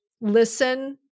listen